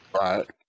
right